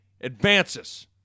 advances